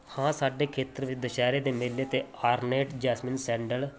ਹਾਂ ਸਾਡੇ ਖੇਤਰ ਦੇ ਦੁਸਹਿਰੇ ਦੇ ਮੇਲੇ 'ਤੇ ਆਰਨੇਟ ਜਸਮੀਨ ਸੈਂਡਲ